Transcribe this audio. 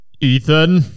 Ethan